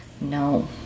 No